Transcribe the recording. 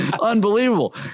unbelievable